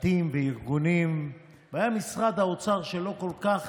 בתים וארגונים, והיה משרד האוצר, שלא כל כך